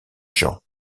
jean